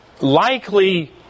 likely